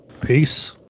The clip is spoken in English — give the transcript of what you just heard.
Peace